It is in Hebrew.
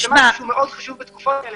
זה משהו שהוא מאוד חשוב בתקופות האלה